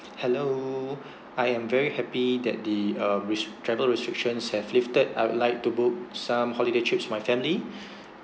hello I am very happy that the uh res~ travel restrictions have lifted I'd like to book some holiday trips with my family